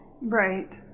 Right